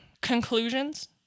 conclusions